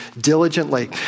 diligently